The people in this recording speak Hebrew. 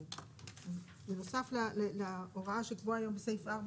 כאמור."; האיחוד האירופי שהוחלו בישראל (4א) בסעיף 15,